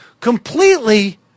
completely